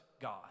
God